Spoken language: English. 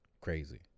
crazy